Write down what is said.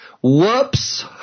Whoops